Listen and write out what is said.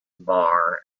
bar